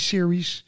Series